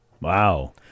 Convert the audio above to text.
Wow